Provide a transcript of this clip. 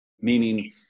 meaning